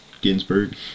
ginsburg